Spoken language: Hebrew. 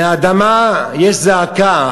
מהאדמה יש זעקה,